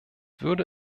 würde